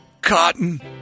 Cotton